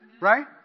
Right